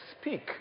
speak